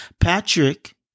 Patrick